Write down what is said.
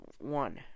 one